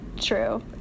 true